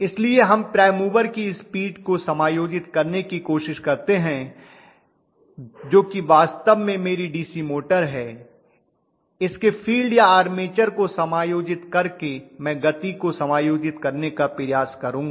इसलिए हम prime mover की स्पीड को समायोजित करने की कोशिश करते हैं जो कि वास्तव में मेरी डीसी मोटर है इसके फील्ड या आर्मेचर को समायोजित करके मैं गति को समायोजित करने का प्रयास करूंगा